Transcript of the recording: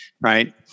Right